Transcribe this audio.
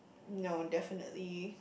no definitely